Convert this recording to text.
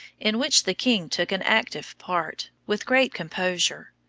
in which the king took an active part, with great composure.